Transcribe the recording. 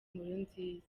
nkurunziza